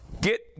Get